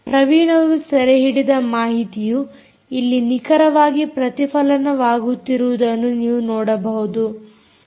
ಪ್ರವೀಣ್ ಅವರು ಸೆರೆಹಿಡಿದ ಮಾಹಿತಿಯು ಇಲ್ಲಿ ನಿಖರವಾಗಿ ಪ್ರತಿಫಲನವಾಗುತ್ತಿರುವುದನ್ನು ನೀವು ನೋಡಬಹುದು